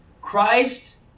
Christ